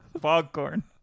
Popcorn